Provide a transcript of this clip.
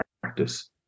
practice